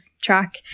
track